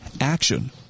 action